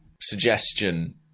suggestion